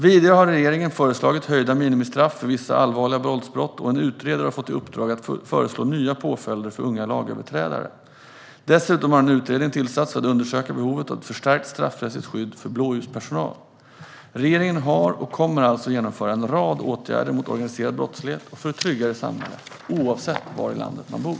Vidare har regeringen föreslagit höjda minimistraff för vissa allvarliga våldsbrott, och en utredare har fått i uppdrag att föreslå nya påföljder för unga lagöverträdare. Dessutom har en utredning tillsatts för att undersöka behovet av ett förstärkt straffrättsligt skydd för blåljuspersonal. Regeringen har vidtagit och kommer alltså att vidta en rad åtgärder mot organiserad brottslighet och för ett tryggare samhälle oavsett var i landet man bor.